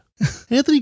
Anthony